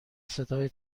صدای